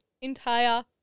entire